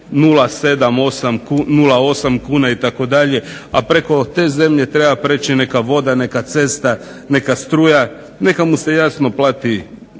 078 08 kuna itd. a preko te zemlje treba preći neka voda, neka cesta neka struja neka mu se jasno plate